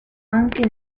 anche